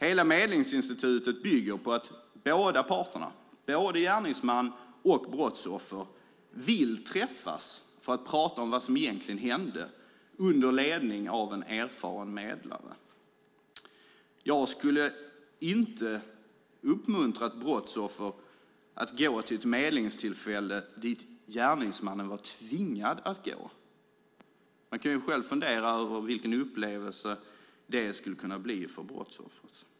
Hela medlingsinstitutet bygger på att båda parterna, både gärningsman och brottsoffer, vill träffas för att under ledning av en erfaren medlare prata om vad som egentligen hände. Jag skulle inte uppmuntra ett brottsoffer att gå till ett medlingstillfälle dit gärningsmannen var tvingad att gå. Man kan själv fundera över vilken upplevelse det skulle kunna bli för brottsoffret.